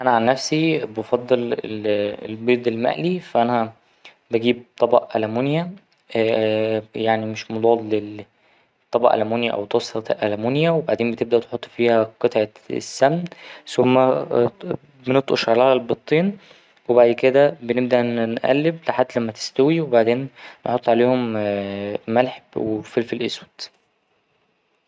أنا عن نفسي بفضل ال ـ ال ـ البيض المقلي فا أنا بجيب طبق ألمونيا طبق ألمونيا أو طاسة ألمونيا وبعدين بتبدأ تحط فيها قطعة السمن ثم بنطقش عليها البضتين وبعد كده بنبدأ نقلب لحد ما تستوي وبعدين نحط عليهم ملح وفلفل أسود.